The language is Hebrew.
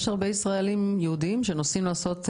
יש הרבה ישראלים יהודיים שנוסעים